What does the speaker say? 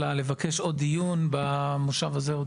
אלא לבקש עוד דיון במושב הזה עוד.